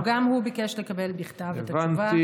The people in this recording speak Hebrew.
גם הוא ביקש לקבל בכתב את התגובה,